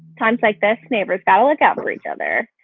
times like this, neighbors gotta look out for each other.